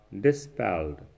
dispelled